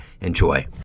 enjoy